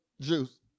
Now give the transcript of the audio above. Juice